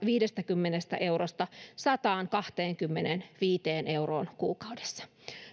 viidestäkymmenestä eurosta sataankahteenkymmeneenviiteen euroon kuukaudessa